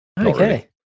Okay